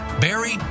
Barry